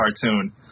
cartoon